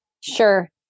sure